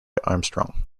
armstrong